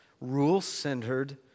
rule-centered